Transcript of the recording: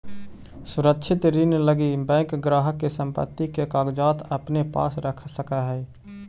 सुरक्षित ऋण लगी बैंक ग्राहक के संपत्ति के कागजात अपने पास रख सकऽ हइ